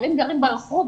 הנערים גרים ברחוב,